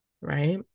right